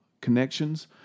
connections